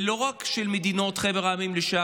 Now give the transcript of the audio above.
ולא רק של חבר המדינות,